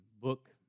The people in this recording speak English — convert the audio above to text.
book